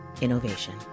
innovation